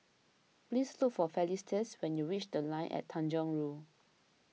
please look for Felicitas when you reach the Line ad Tanjong Rhu